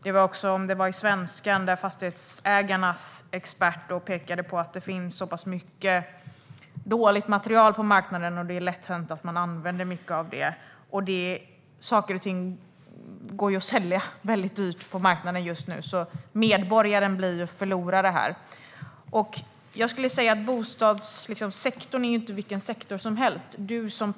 I Svenska Dagbladet påpekade Fastighetsägarnas expert att det finns så mycket dåligt material på marknaden och att det är lätt hänt att man använder mycket av det. Saker går ju att sälja dyrt på marknaden nu. Medborgarna blir alltså förlorare här. Bostadssektorn är inte vilken sektor som helst. Som